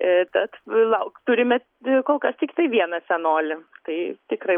ir tad lauk turime dar kol kas tiktai vieną senolį tai tikrai